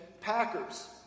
Packers